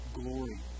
glory